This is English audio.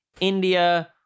India